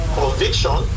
conviction